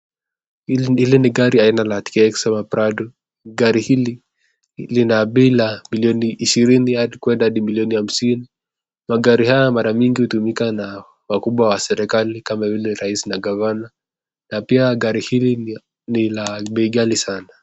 Hili ni gari aina ya Tx ama Prado, gari hili lina bei ya milioni ishirini hadi kwenda hadi milioni hamsini. Magari haya mara nyingi hutumika na wakubwa wa serikali kama vile rais na gavana, na pia gari hili ni la bei ghali sana.